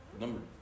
number